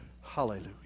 Hallelujah